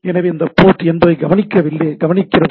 எனவே இது ஒரு போர்ட் 80 ஐக் கவனிக்கிறது